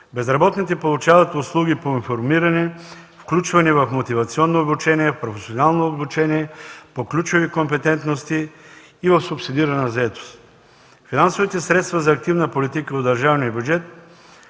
Безработните получават услуги по информиране, включване в мотивационно обучение, професионално обучение по ключови компетентности и в субсидирана заетост. Финансовите средства за активна политика в държавния бюджет